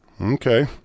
Okay